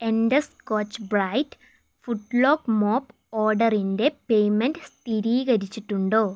എന്റെ Scotch Brite footlock mop ഓർഡറിന്റെ payment സ്ഥിരീകരിച്ചിട്ടുണ്ടോ